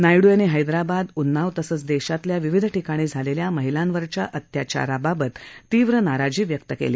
नायडू यांनी हैदराबाद उन्नाव तसंच देशातल्या विविध ठिकाणी झालेल्या महिलांवरील अत्याचाराबाबत तीव्र नाराजी व्यक्त केली